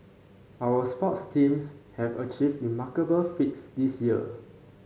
our sports teams have achieved remarkable feats this year